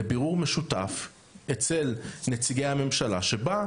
בירור משותף אצל נציגי הממשלה שבו,